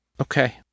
Okay